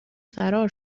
فرار